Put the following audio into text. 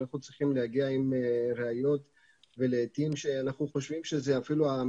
אנחנו צריכים להגיע עם ראיות ולעתים כשאנחנו חושבים שהמחיר